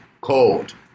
called